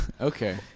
Okay